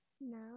No